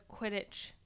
Quidditch